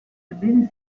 sebbene